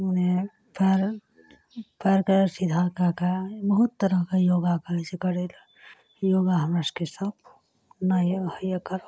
ओहिमे पाएर पाएरके सीधा कै के बहुत तरहके योगा कहै छै करै ले योगा हमरा सभकेँ सब ओना नहि होइए करल